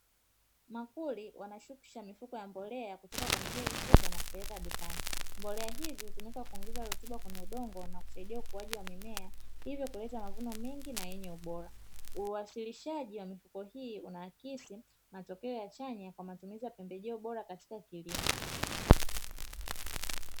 Makuli wanashusha mifuko ya mbolea kutoka kwenye gari kubwa na kupeleka dukani, mbolea hizi hutumika kuongeza rutuba kwenye udongo na kusaidia ukuaji wa mimea, hivyo kuleta mavuno mengi na yenye ubora. Uwasilishaji wa mifuko hii unaakisi matokeo ya chanya kwa matumizi ya pembejeo bora katika kilimo.